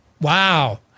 Wow